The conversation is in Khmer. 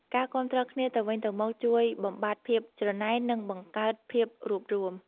ការគាំទ្រគ្នាទៅវិញទៅមកជួយបំបាត់ភាពច្រណែន និងបង្កើតភាពរួបរួម។